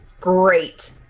Great